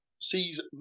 sees